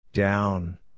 Down